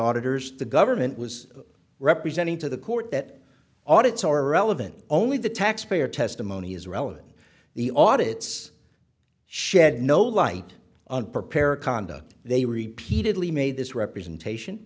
auditors the government was representing to the court that audits are relevant only the taxpayer testimony is relevant the audit's shed no light unprepared conduct they repeatedly made this representation